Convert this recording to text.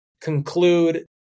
conclude